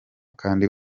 kandi